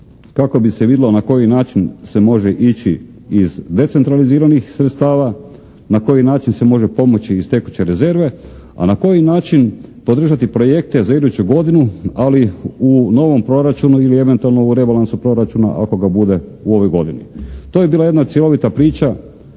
kako bi se vidjelo na koji način se može ići iz decentraliziranih sredstava, na koji način se može pomoći iz tekuće rezerve, a na koji način podržati projekte za iduću godinu, ali u novom proračunu ili eventualno u rebalansu proračuna ako ga bude u ovoj godini. To je bila jedna cjelovita priča